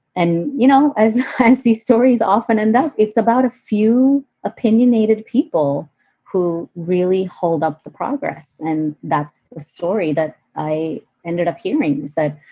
and you know as as these stories often, and that it's about a few opinionated people who really hold up the progress. and that's story that i ended up hearing, is that,